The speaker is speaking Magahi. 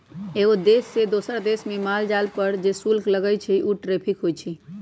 एगो देश से दोसर देश मे माल भेजे पर जे शुल्क लगई छई उ टैरिफ होई छई